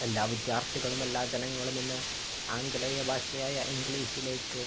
എല്ലാ വിദ്യാർത്ഥികളും എല്ലാ ജനങ്ങളും ഇന്ന് ആംഗലേയ ഭാഷയായ ഇംഗ്ലീഷിലേക്ക്